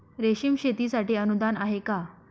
रेशीम शेतीसाठी अनुदान आहे का?